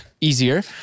easier